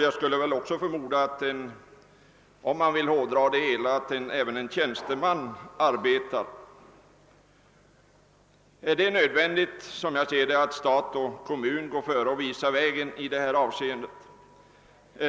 Jag skulle också förmoda för att hårdra det hela — att även en tjänsteman arbetar. Det är nödvändigt, som jag ser det, att stat och kommun går före och visar vägen i detta avseende.